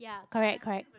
correct correct